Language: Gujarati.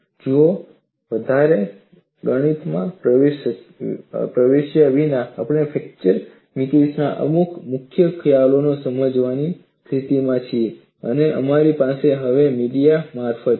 જુઓ વધારે ગણિતમાં પ્રવેશ્યા વિના આપણે ફ્રેક્ચર મિકેનિક્સ માં અમુક મુખ્ય ખ્યાલોને સમજવાની સ્થિતિમાં છીએ અને અમારી પાસે હવે મીડિયા મારફતે છે